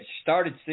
started